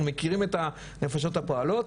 אנחנו מכירים את הנפשות הפועלות.